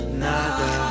nada